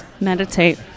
Meditate